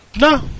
No